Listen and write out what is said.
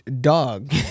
Dog